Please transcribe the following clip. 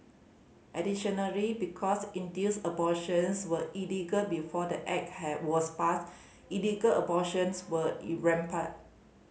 additionally because induced abortions were illegal before the Act has was passed illegal abortions were in rampant